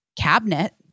cabinet